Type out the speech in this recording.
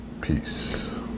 Peace